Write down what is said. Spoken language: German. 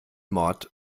mord